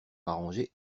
arrangé